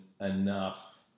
enough